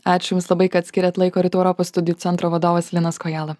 ačiū jums labai kad skyrėt laiko rytų europos studijų centro vadovas linas kojala